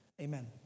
Amen